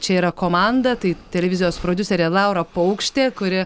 čia yra komanda tai televizijos prodiuserė laura paukštė kuri